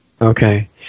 Okay